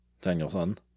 Danielson